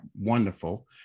wonderful